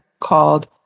called